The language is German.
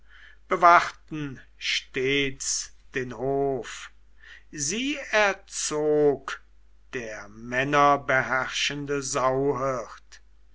bewachten stets den hof sie erzog der männerbeherrschende sauhirt